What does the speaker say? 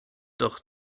doch